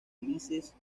ulises